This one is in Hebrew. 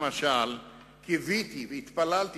למשל, קיוויתי והתפללתי